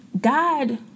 God